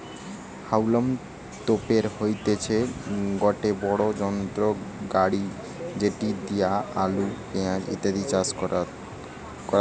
হাউলম তোপের হইতেছে গটে বড়ো যন্ত্র গাড়ি যেটি দিয়া আলু, পেঁয়াজ ইত্যাদি চাষ করাচ্ছে